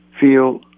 feel